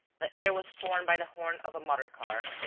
the air was torn by the horn of a motor-car.